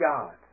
God